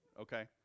Okay